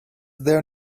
there